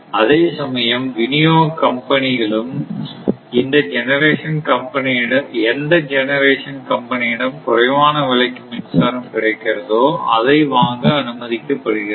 அதேசமயம் வினியோக கம்பெனிகளும் எந்த ஜெனரேஷன் கம்பெனியிடம் குறைவான விலைக்கு மின்சாரம் கிடைக்கிறதோ அதை வாங்க அனுமதிக்கப்படுகின்றன